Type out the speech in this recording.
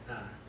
ah